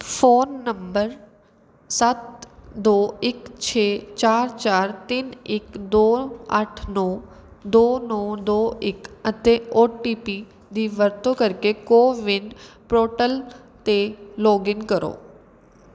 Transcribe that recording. phone number ਸੱਤ ਦੋ ਇੱਕ ਛੇ ਚਾਰ ਚਾਰ ਤਿੰਨ ਇੱਕ ਦੋ ਅੱਠ ਨੌਂ ਦੋ ਨੌਂ ਦੋ ਇੱਕ ਅਤੇ ਓ ਟੀ ਪੀ ਦੀ ਵਰਤੋਂ ਕਰਕੇ ਕੋਵਿਨ ਪ੍ਰੋਟਲ 'ਤੇ ਲੌਗਿਨ ਕਰੋ